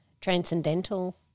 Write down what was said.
transcendental